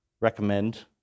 recommend